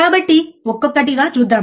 కాబట్టి ఒక్కొక్కటిగా చూద్దాం